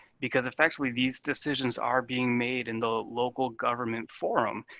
because effectively these decisions are being made in the local government forum,